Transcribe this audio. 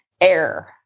air